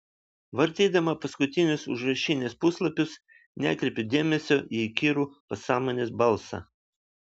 vartydama paskutinius užrašinės puslapius nekreipiu dėmesio į įkyrų pasąmonės balsą